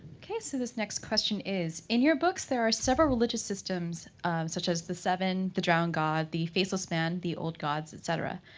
ok, so this next question is, in your books, there are several religious systems, such as the seven, the drowned god, the faceless man, the old gods, etc.